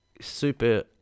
super